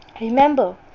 Remember